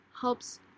helps